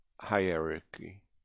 hierarchy